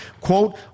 quote